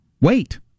Wait